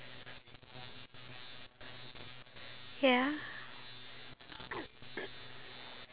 you don't participate in activities that require the movement of your entire body